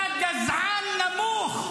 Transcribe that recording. אתה גזען נמוך.